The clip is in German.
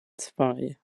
zwei